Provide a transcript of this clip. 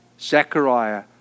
Zechariah